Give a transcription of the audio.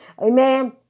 Amen